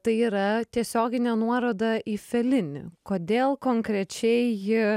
tai yra tiesioginė nuoroda į felinį kodėl konkrečiai